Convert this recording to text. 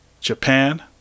Japan